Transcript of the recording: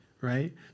Right